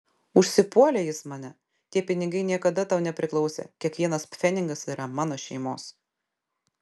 užsipuolė jis mane tie pinigai niekada tau nepriklausė kiekvienas pfenigas yra mano šeimos